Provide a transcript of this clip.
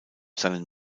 seinen